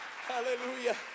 Hallelujah